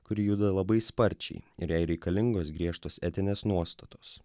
kuri juda labai sparčiai ir jai reikalingos griežtos etinės nuostatos